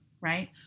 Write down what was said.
Right